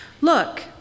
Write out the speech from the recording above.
Look